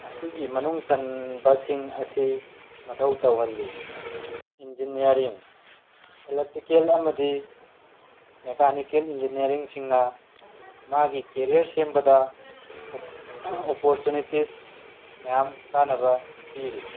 ꯑꯁꯤꯒꯤ ꯃꯅꯨꯡ ꯆꯟꯕꯁꯤꯡ ꯑꯁꯤ ꯃꯊꯧ ꯇꯧꯍꯜꯂꯤ ꯏꯟꯖꯤꯅꯤꯌꯥꯔꯤꯡ ꯑꯦꯂꯦꯛꯇ꯭ꯔꯤꯀꯦꯜ ꯑꯃꯗꯤ ꯃꯦꯀꯥꯅꯤꯀꯦꯜ ꯏꯟꯖꯤꯅꯤꯌꯥꯔꯤꯡꯁꯤꯡꯅ ꯃꯥꯒꯤ ꯀꯦꯔꯤꯌꯔ ꯁꯦꯝꯕꯗ ꯑꯣꯄꯣꯔꯆꯨꯅꯤꯇꯤꯁ ꯃꯌꯥꯝ ꯀꯥꯟꯅꯕ ꯄꯤꯔꯤ